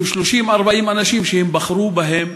עם 40-30 אנשים שהם בחרו בהם,